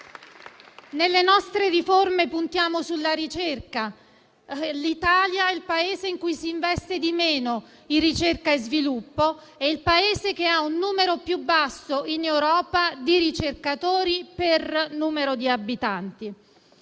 Nelle nostre riforme puntiamo sulla ricerca e l'Italia è il Paese in cui si investe di meno in ricerca e sviluppo ed è il Paese che ha il numero più basso in Europa di ricercatori per numero di abitanti.